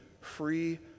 free